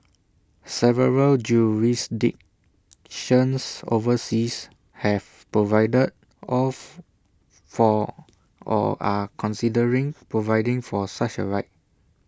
several jurisdictions overseas have provided of for or are considering providing for such A right